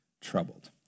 troubled